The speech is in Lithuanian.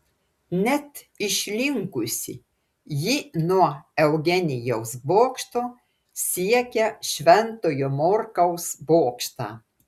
net išlinkusi ji nuo eugenijaus bokšto siekia šventojo morkaus bokštą